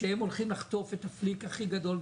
שהם הולכים לחטוף את הפליק הכי גדול.